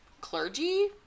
clergy